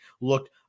looked